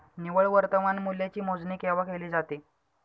निव्वळ वर्तमान मूल्याची मोजणी केव्हा केली जाते?